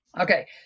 Okay